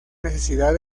necesidad